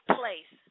place